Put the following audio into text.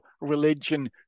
religion